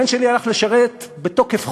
הבן שלי הלך לשרת מתוקף חוק.